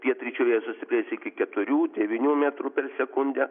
pietryčių vėjas sustiprės iki keturių devynių metrų per sekundę